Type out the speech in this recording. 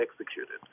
executed